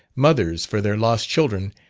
mothers for their lost children,